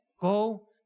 go